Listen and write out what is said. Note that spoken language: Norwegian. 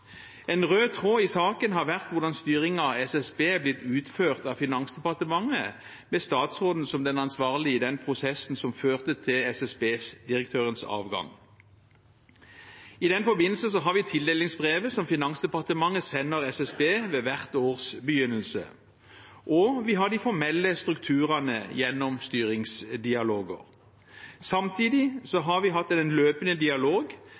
En rød tråd i saken har vært hvordan styringen av SSB har blitt utført av Finansdepartementet, med statsråden som den ansvarlige i den prosessen som førte til SSB-direktørens avgang. I den forbindelse har man tildelingsbrevet som Finansdepartementet sender til SSB ved hvert års begynnelse, og man har de formelle strukturene gjennom styringsdialoger. Samtidig har det vært en løpende dialog